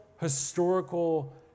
historical